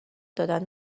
دادن